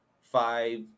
five